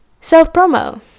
Self-promo